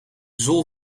zool